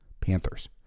Panthers